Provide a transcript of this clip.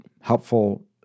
helpful